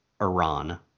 Iran